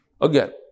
Again